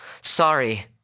Sorry